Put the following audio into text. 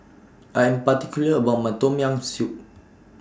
I Am particular about My Tom Yam Soup